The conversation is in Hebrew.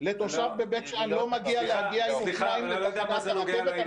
לתושב בבית שאן לא מגיע להגיע עם אופניים לתחנת הרכבת?